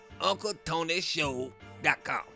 uncletonyshow.com